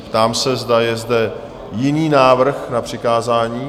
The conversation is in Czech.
Ptám se, zda je zde jiný návrh na přikázání?